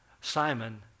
Simon